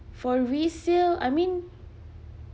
for resale I mean